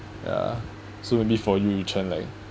ya so maybe for Yu Chen like